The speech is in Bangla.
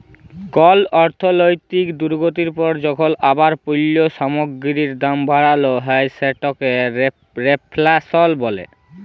কল অর্থলৈতিক দুর্গতির পর যখল আবার পল্য সামগ্গিরির দাম বাড়াল হ্যয় সেটকে রেফ্ল্যাশল ব্যলে